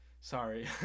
sorry